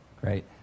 Great